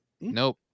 nope